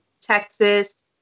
Texas